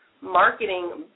marketing